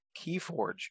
Keyforge